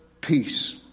peace